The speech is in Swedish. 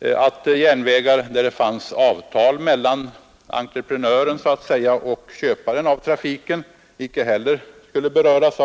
samt att järnvägar där det fanns avtal mellan entreprenören och köparen av trafiken inte heller skulle beröras.